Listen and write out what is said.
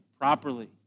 properly